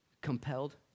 compelled